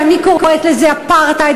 ואני קוראת לזה אפרטהייד,